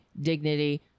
dignity